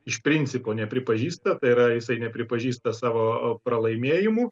iš principo nepripažįsta tai yra jisai nepripažįsta savo pralaimėjimų